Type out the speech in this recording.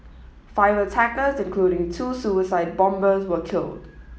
five attackers including two suicide bombers were killed